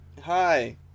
Hi